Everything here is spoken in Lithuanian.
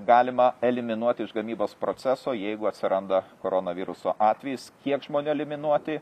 galima eliminuoti iš gamybos proceso jeigu atsiranda koronaviruso atvejis kiek žmonių eliminuoti